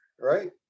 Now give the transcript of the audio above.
right